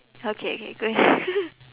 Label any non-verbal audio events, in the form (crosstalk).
okay okay good (laughs)